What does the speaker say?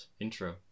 intro